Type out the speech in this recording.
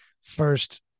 first